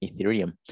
Ethereum